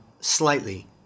slightly